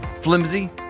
flimsy